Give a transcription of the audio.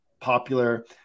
popular